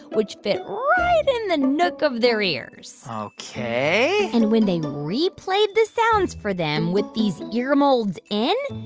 which fit right in the nook of their ears ok and when they replayed the sounds for them with these ear molds in.